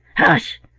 hush!